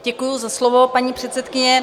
Děkuji za slovo, paní předsedkyně.